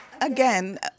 Again